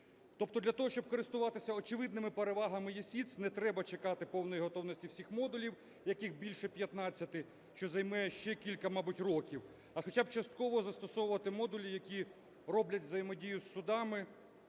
Тобто для того, щоб користуватися очевидними перевагами ЄСІТС, не треба чекати повної готовності всіх модулів, яких більше 15, що займе ще кілька, мабуть, років, а хоча б частково застосовувати модулі, які роблять взаємодію із судами,